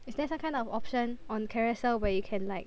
is there some kind of option on Carousell where you can like